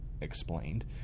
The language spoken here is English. explained